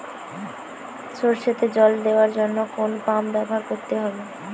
সরষেতে জল দেওয়ার জন্য কোন পাম্প ব্যবহার করতে হবে?